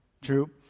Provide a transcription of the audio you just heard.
True